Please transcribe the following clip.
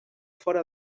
fora